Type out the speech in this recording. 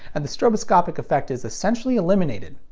and the stroboscopic effect is essentially eliminated.